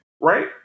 right